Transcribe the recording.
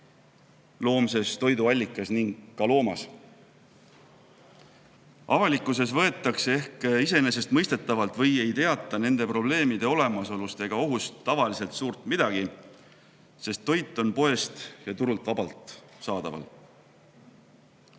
loomses toiduallikas ning ka loomas. Avalikkuses võetakse neid asju ehk iseenesestmõistetavalt või ei teata seesuguste probleemide olemasolust ega ohust tavaliselt suurt midagi, sest toit on poest ja turult vabalt saadaval.